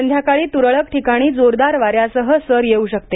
संध्याकाळी तुरळक ठिकाणी जोरदार वाऱ्यासह सर येऊ शकते